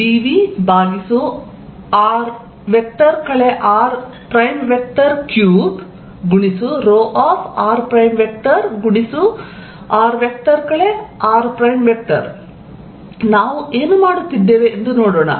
Fq4π0dVr r3ρrr r ನಾವು ಏನು ಮಾಡುತ್ತಿದ್ದೇವೆ ಎಂದು ನೋಡೋಣ